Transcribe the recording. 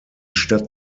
stadt